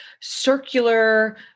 circular